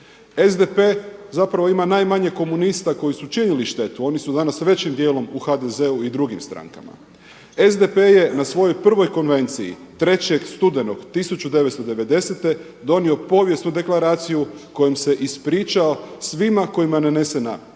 SDP zapravo ima najmanje komunista koji su činili štetu, oni su danas većim dijelom u HDZ-u i drugim strankama. SDP je na svojoj prvog konvenciji 3.studenog 1990. donio povijesnu deklaraciju kojom se ispričao svima kojima je nanesena